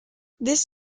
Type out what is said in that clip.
this